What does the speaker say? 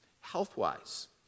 Health-wise